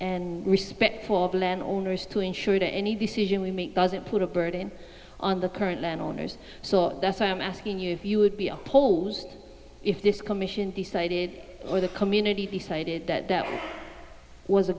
and respect for the land owners to ensure that any decision we make doesn't put a burden on the current landowners so that's why i'm asking you if you would be opposed if this commission decided or the community decided that that was a